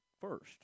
first